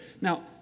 Now